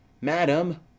madam